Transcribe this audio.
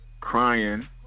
Crying